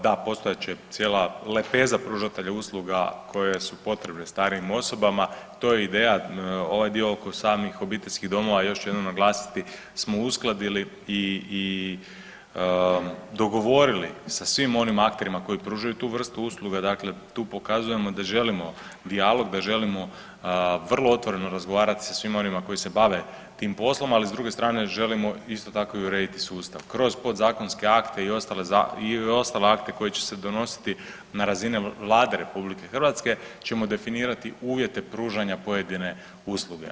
Da, postojat će cijela lepeza pružatelja usluga koje su potrebne starijim osobama, to je ideja ovaj dio oko samih obiteljskih domova, a još ću jednom naglasiti smo uskladili i dogovorili sa svim onim akterima koji pružaju tu vrstu usluga, dakle tu pokazujemo da želimo dijalog, da želimo vrlo otvoreno razgovarat sa svima onima koji se bave tim poslom, ali s druge strane želimo isto tako i urediti sustav kroz podzakonske akte i ostale akte koji će se donositi na razini Vlade RH ćemo definirati uvjete pružanja pojedine usluge.